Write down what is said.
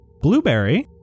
Blueberry